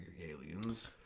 aliens